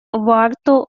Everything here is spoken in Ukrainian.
варто